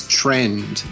trend